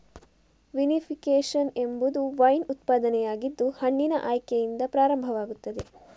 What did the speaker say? vinification ಎಂಬುದು wine ಉತ್ಪಾದನೆಯಾಗಿದ್ದು ಹಣ್ಣಿನ ಆಯ್ಕೆಯಿಂದ ಪ್ರಾರಂಭವಾಗುತ್ತದೆ